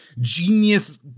genius